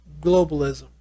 globalism